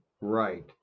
Right